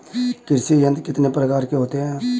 कृषि यंत्र कितने प्रकार के होते हैं?